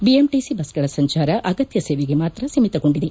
BMTC ಬಸ್ಗಳ ಸಂಚಾರ ಅಗತ್ಯ ಸೇವೆಗೆ ಮಾತ್ರ ಸೀಮಿತಗೊಂಡಿದೆ